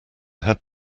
had